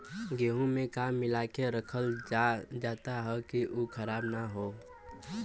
गेहूँ में का मिलाके रखल जाता कि उ खराब न हो?